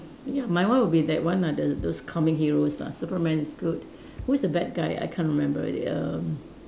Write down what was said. ya my one will be that one ah the those comic heroes lah Superman is good who is the bad guy I can't remember already err